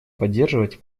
поддерживать